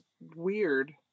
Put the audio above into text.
weird